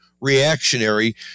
reactionary